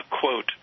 quote